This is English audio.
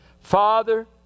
Father